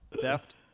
theft